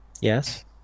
Yes